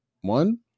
one